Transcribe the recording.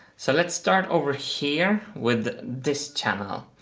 so let's start over here with this channel.